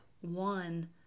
one